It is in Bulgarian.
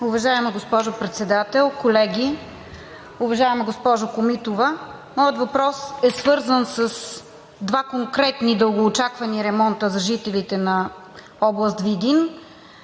Уважаема госпожо Председател, колеги! Уважаема госпожо Комитова, моят въпрос е свързан с два конкретни дългоочаквани ремонта за жителите на област Видин.